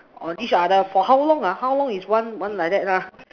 on each other for how long ah how long is one one like that lah